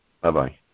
Bye-bye